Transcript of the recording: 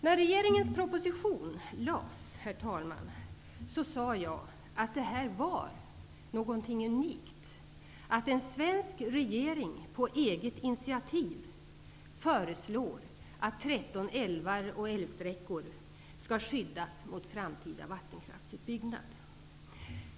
När regeringens proposition lades fram sade jag att det var något unikt att en svensk regering på eget initiativ föreslog att 13 älvar och älvsträckor skall skyddas mot framtida vattenkraftsutbyggnad.